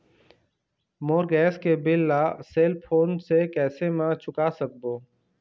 मोर gas के bill ला cell phone से कैसे म चुका सकबो?